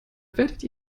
werdet